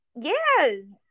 Yes